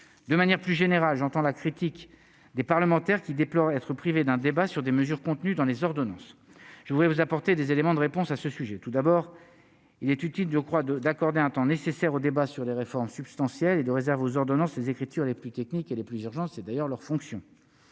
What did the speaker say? de manière plus générale, j'entends la critique des parlementaires qui déplore être privés d'un débat sur des mesures contenues dans les ordonnances, je voudrais vous apporter des éléments de réponse à ce sujet, tout d'abord, il est utile, je crois, de d'accorder un temps nécessaire au débat sur les réformes substantielles et de réserve aux ordonnances les écritures les plus techniques il y les plus urgent, c'est d'ailleurs leur fonction